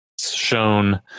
shown